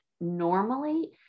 normally